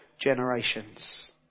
generations